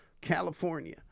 California